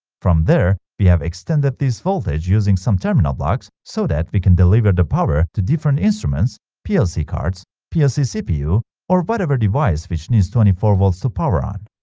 from there we have extended this voltage using some terminal blocks so that we can deliver the power to different instruments plc cards plc cpu or whatever device which needs twenty four volts to power on